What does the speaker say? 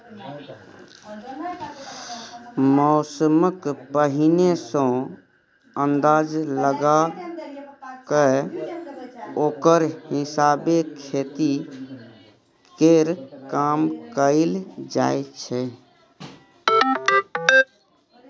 मौसमक पहिने सँ अंदाज लगा कय ओकरा हिसाबे खेती केर काम कएल जाइ छै